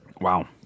wow